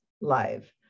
Live